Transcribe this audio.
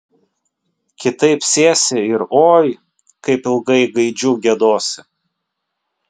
kitaip sėsi ir oi kaip ilgai gaidžiu giedosi